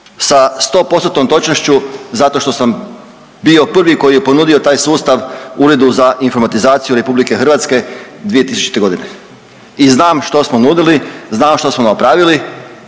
postotnom točnošću zato što sam bio prvi koji je ponudio taj sustav Uredu za informatizaciju RH 2000. g. i znam što smo nudili, znam što smo napravili,